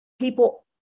people